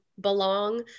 belong